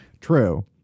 True